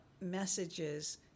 messages